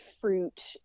fruit